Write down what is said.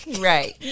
Right